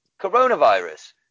coronavirus